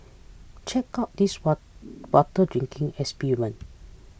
check out this water drinking experiment